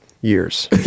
Years